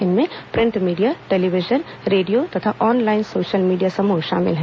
इनमें print media television radio और तथा ऑनलाइन सोशल मीडिया समूह शामिल हैं